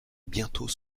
bientôt